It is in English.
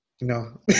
no